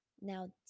Now